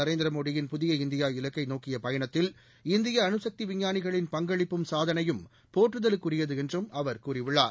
நரேந்திர மோடியின் புதிய இந்தியா இலக்கை நோக்கிய பயணத்தில் இந்திய அனுசக்தி விஞ்ஞானிகளின் பங்களிப்பும் சாதனையும் போற்றுதற்குரியது என்றும் அவர் கூறியுள்ளார்